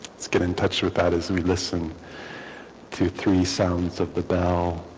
let's get in touch with that as we listen to three sounds of the bell